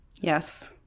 yes